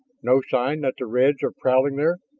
no sign that the reds are prowling there?